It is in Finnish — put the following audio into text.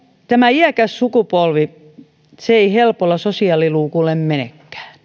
tämä iäkäs sukupolvi ei helpolla sosiaaliluukulle menekään